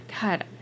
God